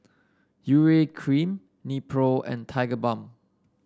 Urea Cream Nepro and Tigerbalm